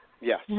Yes